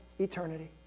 eternity